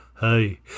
Hey